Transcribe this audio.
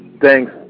thanks